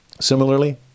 similarly